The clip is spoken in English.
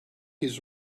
his